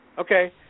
Okay